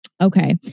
Okay